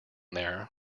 there